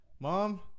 Mom